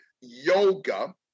yoga